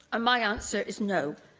and my answer is no.